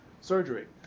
surgery